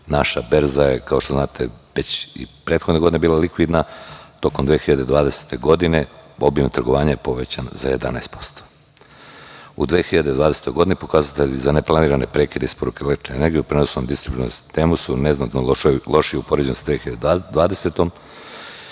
Naša berza je, kao što znate, već i prethodne godine bila likvidna, tokom 2020. godine, obim trgovanja je povećan za 11%. U 2020. godini pokazatelji za neplanirane prekide isporuke lečenja negde u prenosnom distributivnom sistemu su neznatno lošiji u poređenju sa 2020. godinom.